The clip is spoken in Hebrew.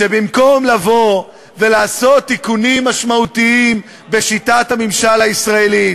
שבמקום לבוא ולעשות תיקונים משמעותיים בשיטת הממשל הישראלית,